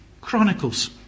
Chronicles